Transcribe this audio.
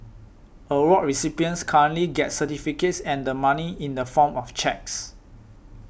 award recipients currently get certificates and the money in the form of cheques